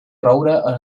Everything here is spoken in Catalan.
roures